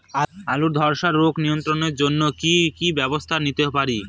আলুর ধ্বসা রোগ নিয়ন্ত্রণের জন্য কি কি ব্যবস্থা নিতে পারি?